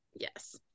yes